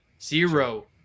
zero